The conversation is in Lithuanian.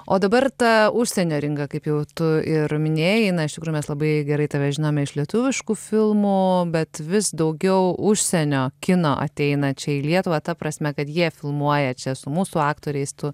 o dabar ta užsienio rinka kaip jau tu ir minėjai iš kur mes labai gerai tave žinome iš lietuviškų filmų bet vis daugiau užsienio kino ateina čia į lietuvą ta prasme kad jie filmuoja čia su mūsų aktoriais tu